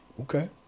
Okay